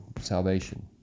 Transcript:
salvation